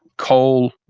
coal,